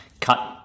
cut